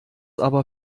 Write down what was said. aber